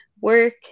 work